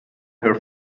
her